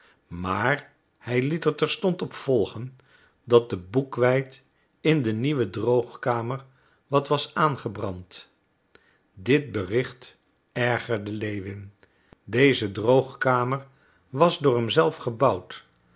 maar hij liet er terstond op volgen dat de boekweit in de nieuwe droogkamer wat was aangebrand dit bericht ergerde lewin deze droogkamer was door hem zelf gebouwd